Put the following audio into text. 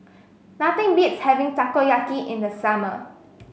nothing beats having Takoyaki in the summer